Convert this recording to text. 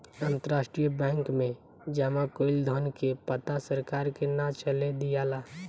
अंतरराष्ट्रीय बैंक में जामा कईल धन के पता सरकार के ना चले दियाला